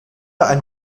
ein